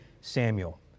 Samuel